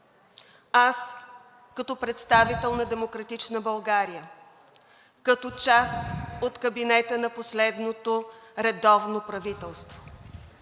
Аз като представител на „Демократична България“, като част от кабинета на последното редовно правителство